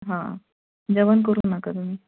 हा जेवण करू नका तुम्ही